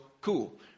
cool